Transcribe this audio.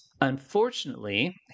Unfortunately